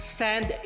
send